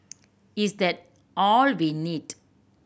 is that all we need